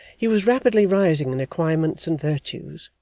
he was rapidly rising in acquirements and virtues,